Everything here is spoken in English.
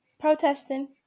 protesting